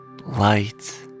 light